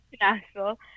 Nashville